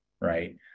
Right